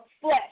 flesh